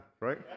right